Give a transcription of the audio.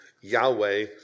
Yahweh